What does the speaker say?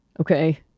Okay